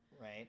Right